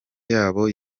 yabo